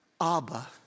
Abba